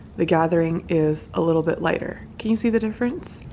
the gathering is a little bit lighter. can you see the difference?